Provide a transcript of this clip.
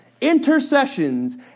intercessions